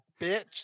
bitch